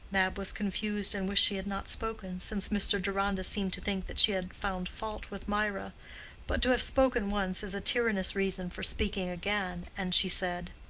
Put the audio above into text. mab was confused and wished she had not spoken, since mr. deronda seemed to think that she had found fault with mirah but to have spoken once is a tyrannous reason for speaking again, and she said,